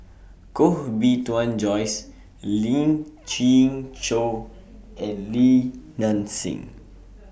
Koh Bee Tuan Joyce Lien Qing Chow and Li Nanxing